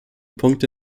punkte